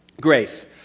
Grace